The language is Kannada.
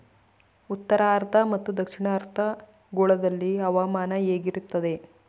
ಉತ್ತರಾರ್ಧ ಮತ್ತು ದಕ್ಷಿಣಾರ್ಧ ಗೋಳದಲ್ಲಿ ಹವಾಮಾನ ಹೇಗಿರುತ್ತದೆ?